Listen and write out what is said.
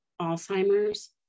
Alzheimer's